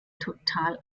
total